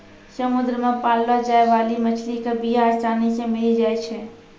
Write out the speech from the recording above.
समुद्र मे पाललो जाय बाली मछली के बीया आसानी से मिली जाई छै